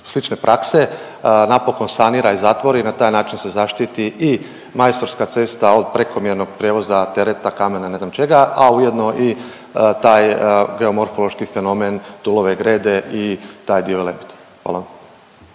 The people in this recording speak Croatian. slične prakse napokon sanira i zatvori i na taj način se zaštiti i Majstorska cesta od prekomjernog prijevoza tereta kamena i ne znam čega, a ujedno i taj geomorfološki fenomen Tulove grede i taj dijalekt. Hvala.